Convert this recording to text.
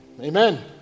Amen